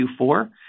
Q4